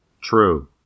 true